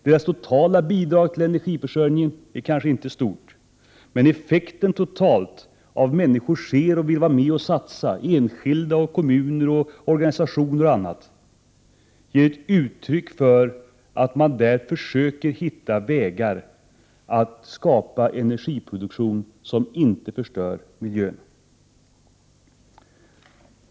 Deras totala bidrag till energiförsörjningen kanske inte är stort, men effekten totalt av att enskilda människor, kommuner, organisationer, m.fl. är med och satsar, är uttryck för att man där försöker hitta vägar till energiproduktion som inte förstör miljön.